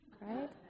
right